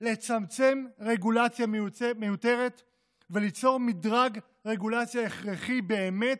של צמצום רגולציה מיותרת וליצור מדרג רגולציה הכרחי באמת,